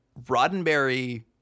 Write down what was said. Roddenberry